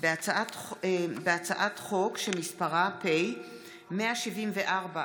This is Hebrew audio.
ברשות יושב-ראש